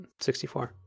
64